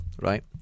Right